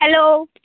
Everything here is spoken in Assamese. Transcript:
হেল্ল'